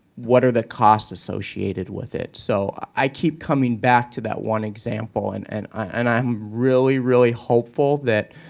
what are the costs associated with it? so i keep coming back to that one example? and and and i'm really, really hopeful that